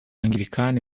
angilikani